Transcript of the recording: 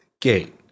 Gate